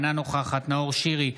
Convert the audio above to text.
אינה נוכחת נאור שירי,